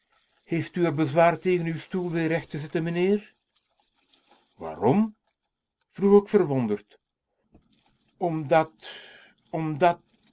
heeft u'r bezwaar tegen uw stoel weer recht te zetten meneer waarom vroeg k verwonderd omdat omdat